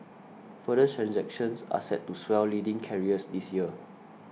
further transactions are set to swell leading carriers this year